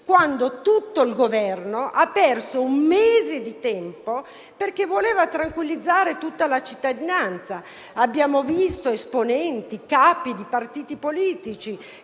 quando tutto l'Esecutivo ha perso un mese di tempo perché voleva tranquillizzare la cittadinanza. Abbiamo visto esponenti e capi di partiti politici